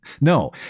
no